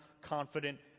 confident